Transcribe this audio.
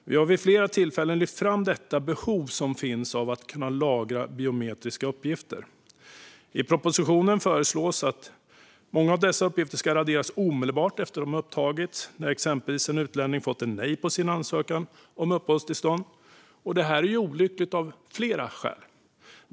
Vi har vid flera tillfällen lyft fram det behov som finns av att kunna lagra biometriska uppgifter. I propositionen föreslås att många av dessa uppgifter ska raderas omedelbart efter att de har upptagits, exempelvis när en utlänning fått ett nej på sin ansökan om uppehållstillstånd. Det här är olyckligt av flera skäl.